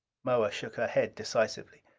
moa shook her head decisively.